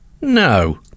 No